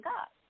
God